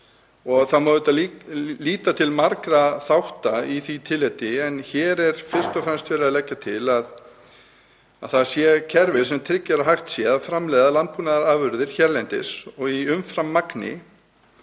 Það má líta til margra þátta í því tilliti en hér er fyrst og fremst verið að leggja til að til staðar sé kerfi sem tryggir að hægt sé að framleiða landbúnaðarafurðir hérlendis og í umframmagni,